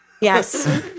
yes